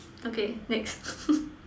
okay next